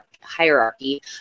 hierarchy